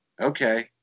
okay